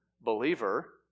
believer